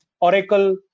Oracle